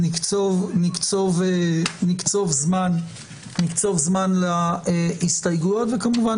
אנחנו נקצוב זמן להסתייגויות וכמובן